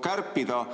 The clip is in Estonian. kärpida.